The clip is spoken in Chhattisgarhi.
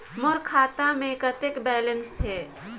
मोर खाता मे कतेक बैलेंस हे?